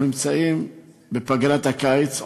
אנחנו נמצאים בפגרת הקיץ,